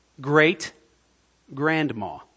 Great-grandma